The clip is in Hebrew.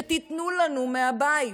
שתיתנו לנו מהבית.